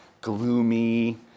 gloomy